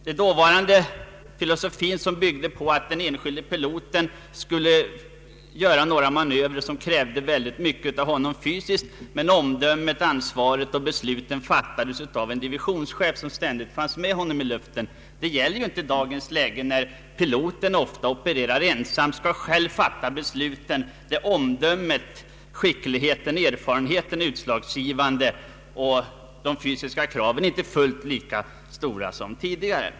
Den dåvarande filosofin som byggde på att den enskilde piloten skulle utföra manövrer som krävde väldigt mycket av honom fysiskt, medan omdömet, ansvaret och beslutsfattandet åvilade divisionschefen, som ständigt var med i luften, gäller inte i dagens läge, då piloten ofta opererar ensam och själv fattar besluten. I dag är omdömet, skickligheten och erfarenheten utslagsgivande, medan de fysiska kraven inte är fullt lika stora som tidigare.